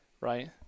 right